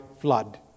flood